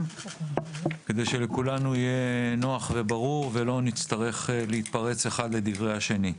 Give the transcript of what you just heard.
כדי שלכולנו יהיה נוח וברור ולא נצטרך להתפרץ אחד לדברי השני.